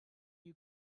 you